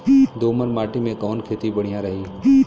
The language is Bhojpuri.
दोमट माटी में कवन खेती बढ़िया रही?